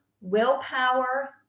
willpower